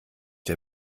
der